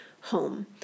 home